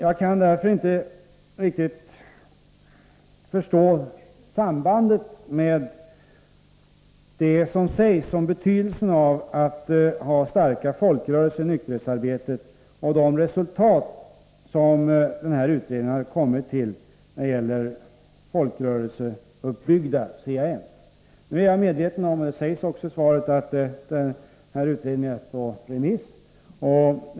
Jag kan därför inte riktigt förstå sambandet mellan det som sägs om betydelsen av att ha starka folkrörelser i nykterhetsarbetet och de resultat som den här utredningen kommit till när det gäller det folkrörelseuppbyggda CAN. Nu är jag medveten om att — och det sägs också i svaret — denna utredning är ute på remiss.